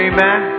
Amen